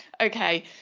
Okay